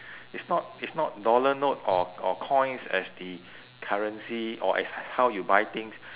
it's not it's not dollar note or or coins as the currency or as how you buy things